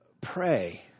Pray